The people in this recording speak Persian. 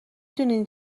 دونین